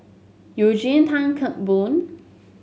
Eugene Tan Kheng Boon